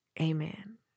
Amen